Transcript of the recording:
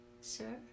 sir